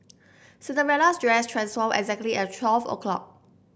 Cinderella's dress transformed exactly at twelve o' clock